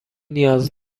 نیاز